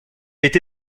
été